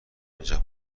اینجا